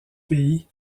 pays